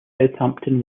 southampton